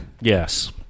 Yes